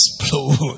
explode